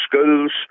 schools